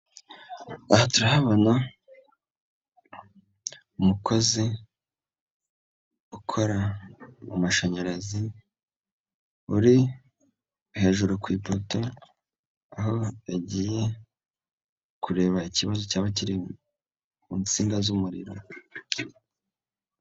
Aha turahabona umukozi ukora mu mashanyarazi uri hejuru ku ipoto aho yagiye kureba ikibazo cyaba kiri mu nsinga z'umuriro.